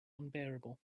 unbearable